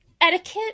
etiquette